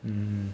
mm